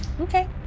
Okay